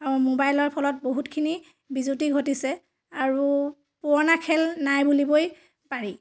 আৰু মোবাইলৰ ফলত বহুতখিনি বিজুতি ঘটিছে আৰু পুৰণা খেল নাই বুলিবই পাৰি